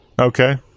Okay